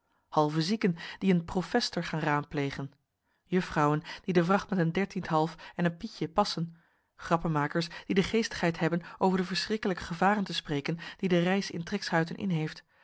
halve zieken die een profester gaan raadplegen juffrouwen die de vracht met een dertiend'half en een pietje passen grappenmakers die de geestigheid hebben over de verschrikkelijke gevaren te spreken die de reis in